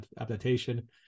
adaptation